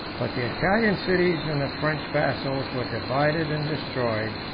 but the italian cities and the french vassals were divided and destroyed,